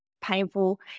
painful